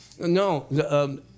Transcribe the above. No